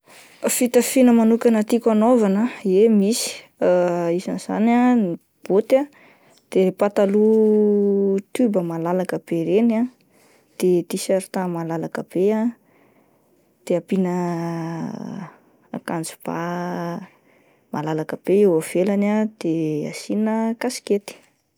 Fitafiana manokana tiako anaovana ,ye misy isan'izany ah ny bôty ah de pataloha tioba malalaka be ireny ah, de tiserta malalaka be ah, de ampiana akanjo ba malalaka be eo ivelany ah de asiana kasikety.